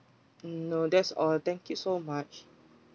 mm no that's all thank you so much